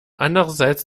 andererseits